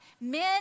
Men